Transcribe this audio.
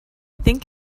think